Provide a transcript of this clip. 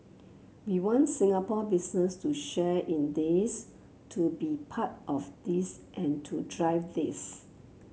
we want Singapore business to share in this to be part of this and to drive this